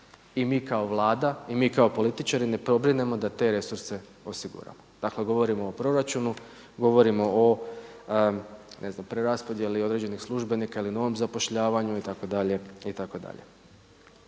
i mi kao Vlada i mi kao političari ne pobrinemo da te resurse osiguramo. Dakle govorimo o proračunu, govorimo o ne znam preraspodjeli određenih službenika ili novom zapošljavanju itd.,